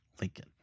Lincoln